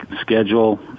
schedule